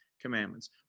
commandments